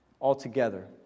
altogether